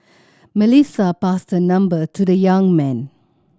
Melissa passed her number to the young man